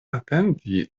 atendi